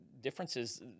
differences